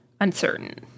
uncertain